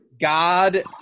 God